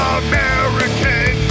american